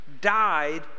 died